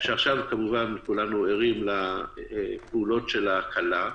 כשעכשיו כמובן כולנו ערים לפעולות של ההקלה.